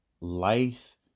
life